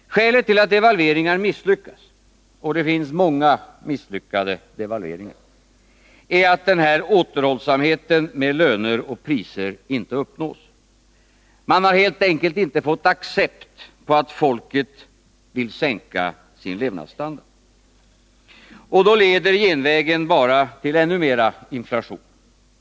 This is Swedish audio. Skälet till att devalveringar misslyckas — och det finns många misslyckade devalveringar — är att den här återhållsamheten med löner och priser inte uppnås. Man har helt enkelt inte fått accept på att folket vill sänka sin levnadsstandard. Och då leder genvägen bara till ännu mera inflation.